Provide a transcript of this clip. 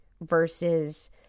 versus